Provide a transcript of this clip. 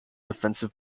defensive